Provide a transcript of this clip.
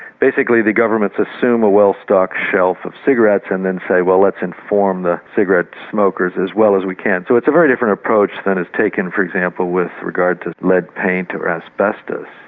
basically the governments assume a well-stocked shelf of cigarettes and then say, well, let's inform the cigarette smokers as well as we can. so it's a very different approach than is taken, for example, with regard to lead paint or asbestos.